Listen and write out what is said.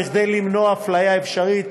כדי למנוע אפליה אפשרית,